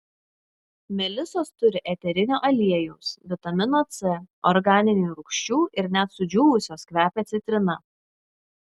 melisos turi eterinio aliejaus vitamino c organinių rūgščių ir net sudžiūvusios kvepia citrina